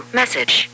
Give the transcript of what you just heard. message